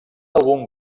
algun